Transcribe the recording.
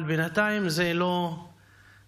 אבל בינתיים זה לא מסתמן,